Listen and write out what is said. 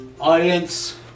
Audience